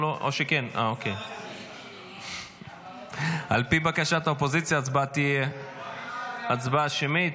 על פי בקשת האופוזיציה, ההצבעה תהיה הצבעה שמית.